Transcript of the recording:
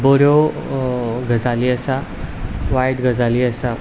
बऱ्यो गजाली आसा वायट गजालीय आसा